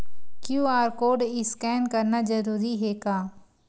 QR code scan करना जरूरी हे का?